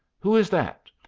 who is that?